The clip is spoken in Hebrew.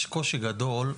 יש קושי גדול,